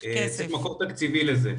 צריך מקור תקציבי לזה.